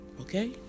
Okay